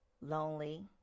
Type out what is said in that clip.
lonely